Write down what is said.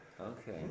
Okay